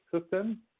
system